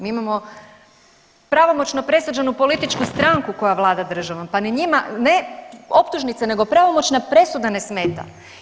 Mi imamo pravomoćno presuđenu političku stranku koja vlada državom, pa ni njima, ne optužnice, nego pravomoćna presuda ne smeta.